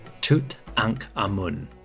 Tutankhamun